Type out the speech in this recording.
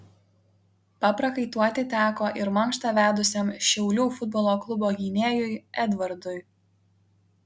paprakaituoti teko ir mankštą vedusiam šiaulių futbolo klubo gynėjui edvardui